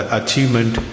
achievement